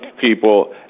people